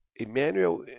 Emmanuel